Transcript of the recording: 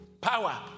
Power